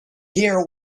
here